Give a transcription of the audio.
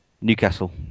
Newcastle